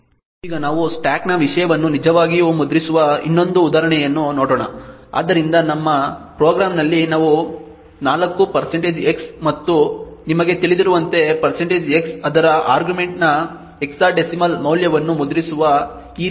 ಈಗ ನಾವು ಸ್ಟಾಕ್ನ ವಿಷಯವನ್ನು ನಿಜವಾಗಿಯೂ ಮುದ್ರಿಸುವ ಇನ್ನೊಂದು ಉದಾಹರಣೆಯನ್ನು ನೋಡೋಣ ಆದ್ದರಿಂದ ನಮ್ಮ ಪ್ರೋಗ್ರಾಂನಲ್ಲಿ ನಾವು 4 x ಮತ್ತು ನಿಮಗೆ ತಿಳಿದಿರುವಂತೆ x ಅದರ ಆರ್ಗ್ಯುಮೆಂಟ್ನ ಹೆಕ್ಸಾಡೆಸಿಮಲ್ ಮೌಲ್ಯವನ್ನು ಮುದ್ರಿಸುವ ಈ ರೀತಿಯ printf ಅನ್ನು ಹೊಂದಿದ್ದೇವೆ ಎಂದು ಹೇಳೋಣ